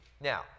Now